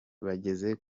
bageze